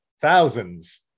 thousands